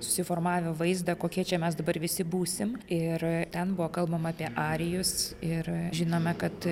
susiformavę vaizdą kokie čia mes dabar visi būsim ir ten buvo kalbama apie arijus ir žinome kad